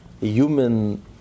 human